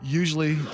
usually